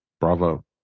bravo